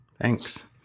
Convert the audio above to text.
Thanks